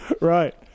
Right